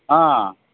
ಹಾಂ